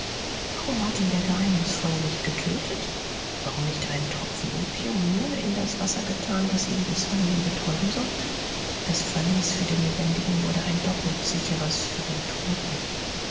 warum hat ihn der geheimnisvolle nicht getötet warum nicht einen tropfen opium mehr in das wasser getan das ihn bisweilen betäuben sollte das verließ für den lebendigen wurde ein doppelt sicheres für den toten